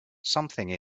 something